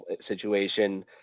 situation